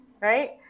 Right